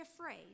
afraid